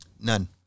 None